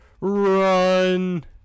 Run